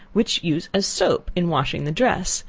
which use as soap in washing the dress,